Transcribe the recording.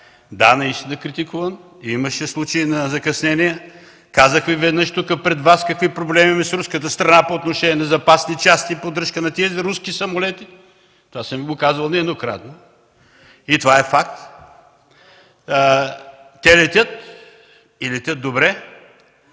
аз наистина бях критикуван. Имаше случаи на закъснение. Казах веднъж пред Вас тук какви проблеми имаме с руската страна по отношение на запасни части и поддръжката на тези руски самолети. Това съм го казвал нееднократно. То е факт. Те летят и летят добре.